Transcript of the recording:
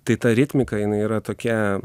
tai ta ritmika jinai yra tokia